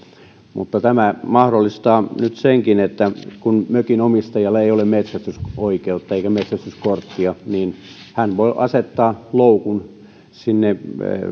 mutta tämä mahdollistaa nyt senkin että kun mökin omistajalla ei ole metsästysoikeutta eikä metsästyskorttia niin hän voi asettaa loukun